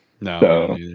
No